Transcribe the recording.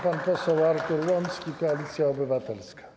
Pan poseł Artur Łącki, Koalicja Obywatelska.